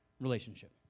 Relationship